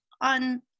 on